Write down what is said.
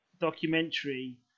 documentary